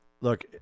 look